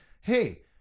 Hey